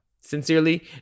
Sincerely